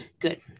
Good